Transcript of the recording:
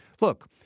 look